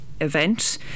event